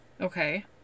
Okay